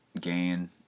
gain